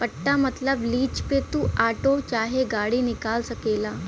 पट्टा मतबल लीज पे तू आटो चाहे गाड़ी निकाल सकेला